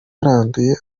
yaranduye